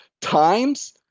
times